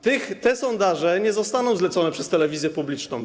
Te sondaże nie zostaną zlecone przez telewizję publiczną.